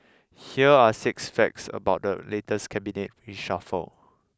here are six facts about the latest Cabinet reshuffle